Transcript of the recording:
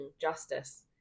justice